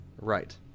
Right